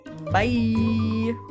bye